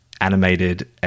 animated